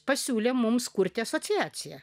pasiūlė mums kurti asociaciją